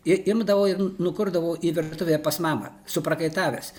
imdavau ir nukurdavau į virtuvę pas mamą suprakaitavęs